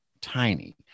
tiny